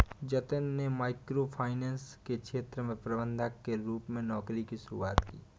जतिन में micro finance के क्षेत्र में प्रबंधक के रूप में नौकरी की शुरुआत की